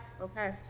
Okay